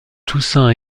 toussaint